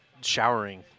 showering